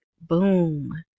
boom